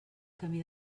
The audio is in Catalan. camí